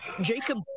Jacob